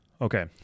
Okay